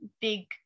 big